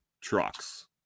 trucks